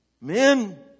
Men